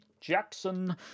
Jackson